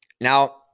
Now